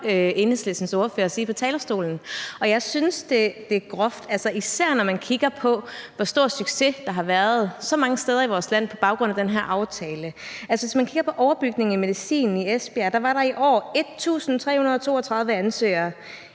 Enhedslistens ordfører sige på talerstolen. Jeg synes, det er groft, især når man kigger på, hvor stor succes der har været så mange steder i vores land på baggrund af den her aftale. Hvis man kigger på overbygningen i medicin i Esbjerg, var der i år 1.332 ansøgere